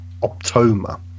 Optoma